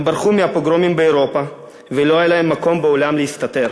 הם ברחו מהפוגרומים באירופה ולא היה להם מקום בעולם להסתתר.